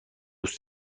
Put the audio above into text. دست